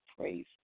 praise